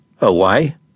Away